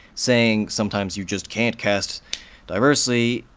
saying sometimes you just can't cast diversely,